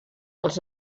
els